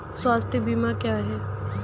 स्वास्थ्य बीमा क्या है?